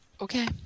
Okay